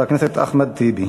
חבר הכנסת אחמד טיבי.